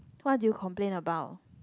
what do you complain about